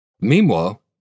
Meanwhile